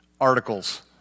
articles